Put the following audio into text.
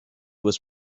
was